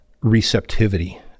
receptivity